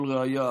כל רעיה,